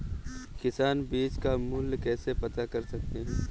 किसान बीज का मूल्य कैसे पता कर सकते हैं?